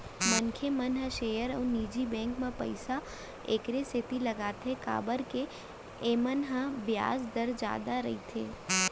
मनसे मन ह सेयर अउ निजी बेंक म पइसा एकरे सेती लगाथें काबर के एमन म बियाज दर जादा रइथे